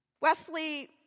Wesley